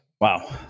Wow